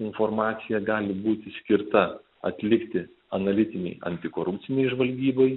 informacija gali būti skirta atlikti analitinei antikorupcinei žvalgybai